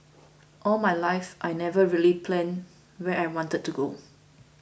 all my life I never really planned where I wanted to go